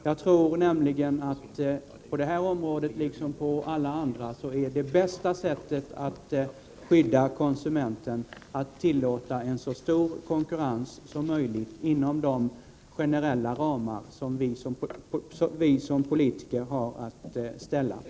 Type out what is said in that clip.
Jag tror nämligen att det bästa sättet att skydda konsumenten — på detta område liksom på alla andra — är att tillåta en så stor konkurrens som möjligt inom de generella ramar vi som politiker har att dra upp.